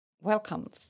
Welcome